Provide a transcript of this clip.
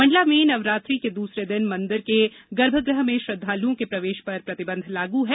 मंडला में नवरात्रि के दूसरे दिन मंदिरों के गर्भगृह में श्रद्धालुओं के प्रवेश पर प्रतिबंध लागू है